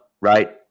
right